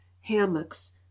hammocks